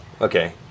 Okay